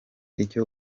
icyo